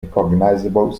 recognisable